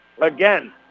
Again